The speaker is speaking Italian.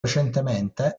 recentemente